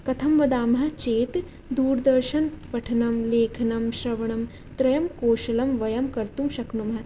कथं वदामः चेत् दूरदर्शनं पठनं लेखनं श्रवणं त्रयं कौशलं वयं कर्तुं शक्नुमः